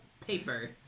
Paper